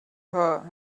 her